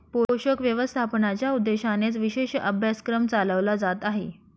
पोषक व्यवस्थापनाच्या उद्देशानेच विशेष अभ्यासक्रम चालवला जात आहे